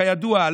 כידוע,